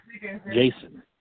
Jason